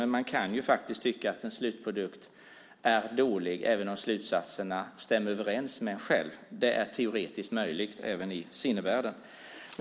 Men man kan också tycka att en slutprodukt är dålig även om slutsatserna stämmer överens med vad man själv tycker. Det är teoretiskt möjligt även i sinnevärlden.